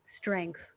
strength